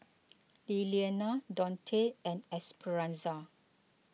Lillianna Donte and Esperanza